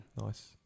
Nice